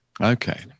Okay